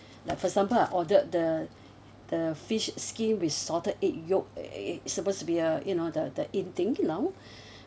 like for example I ordered the the fish skin with salted egg yolk uh supposed to be a you know the the in thing now